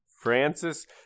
Francis